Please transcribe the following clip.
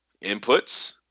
Inputs